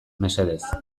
mesedez